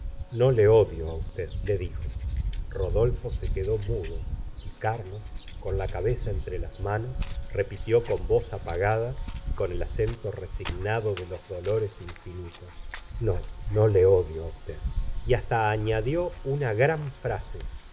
no le odio á usted dijo rodolfo se quedó mudo y carlos con la cabeza entre las manos repitió con voz apagada y con el a cento resignado de los dolores infinitos no no le odio á usted y hasta añadió una gran frase